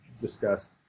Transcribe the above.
discussed